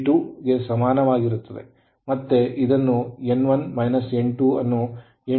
ಮತ್ತೆ ಇದನ್ನು N one N two ಅನ್ನು ಎನ್ 2 ನಿಂದ ವಿಂಗಡಿಸಲಾಗಿದೆ ಎಂದು ಬರೆಯಬಹುದು